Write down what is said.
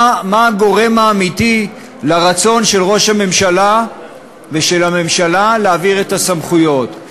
מה הגורם האמיתי לרצון של ראש הממשלה ושל הממשלה להעביר את הסמכויות?